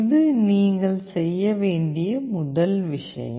இது நீங்கள் செய்ய வேண்டிய முதல் விஷயம்